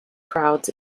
crowds